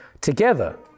together